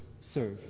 serve